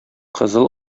кызыл